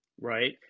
Right